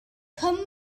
cymry